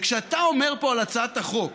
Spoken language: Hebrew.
כשאתה אומר פה על הצעת החוק